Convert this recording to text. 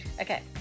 Okay